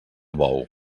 bou